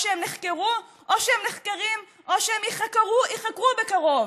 או שהם נחקרו או שהם נחקרים או שהם ייחקרו בקרוב.